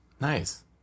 Nice